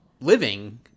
living